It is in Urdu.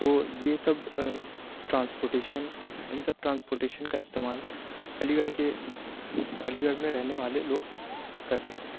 تو یہ سب ٹرانسپورٹیشن اِن سب ٹرانسپورٹیشن کا استعمال علی گڑھ کے علی گڑھ میں رہنے والے لوگ کرتے ہیں